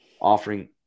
offering